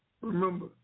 Remember